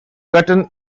cotton